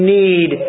need